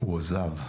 הוא עזב.